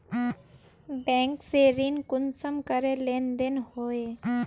Bank से ऋण कुंसम करे लेन देन होए?